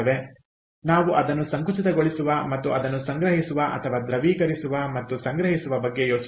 ಆದ್ದರಿಂದ ನಾವು ಅದನ್ನು ಸಂಕುಚಿತಗೊಳಿಸುವ ಮತ್ತು ಅದನ್ನು ಸಂಗ್ರಹಿಸುವ ಅಥವಾ ದ್ರವೀಕರಿಸುವ ಮತ್ತು ಸಂಗ್ರಹಿಸುವ ಬಗ್ಗೆ ಯೋಚಿಸಬೇಕು